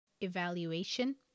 evaluation